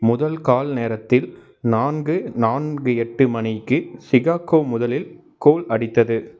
முதல் கால நேரத்தில் நான்கு நான்கு எட்டு மணிக்கு சிகாகோ முதலில் கோல் அடித்தது